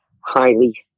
highly